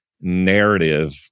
narrative